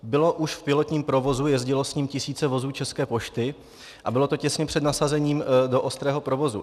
Bylo už v pilotním provozu, jezdilo s ním tisíce vozů České pošty a bylo to těsně před nasazením do ostrého provozu.